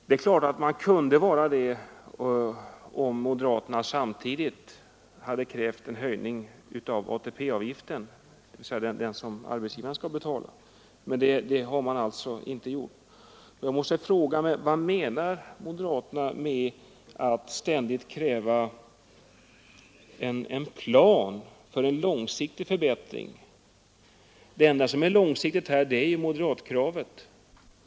Det är klart att vi kunde enas om det, om moderaterna samtidigt hade krävt en höjning av ATP-avgiften, dvs. den avgift som arbetsgivarna skall betala. Vad menar moderaterna med att ständigt kräva en plan för en långsiktig förbättring? Det enda som är långsiktigt här är ju moderatkravet.